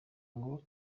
ngo